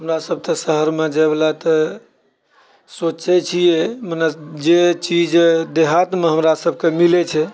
हमरासभ तऽ शहरमे जाइबला तऽ सोचैत छियै मने जे चीज देहातमे हमरा सभके मिलैत छै